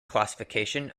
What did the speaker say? classification